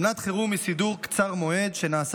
אומנת חירום היא סידור קצר מועד שנעשה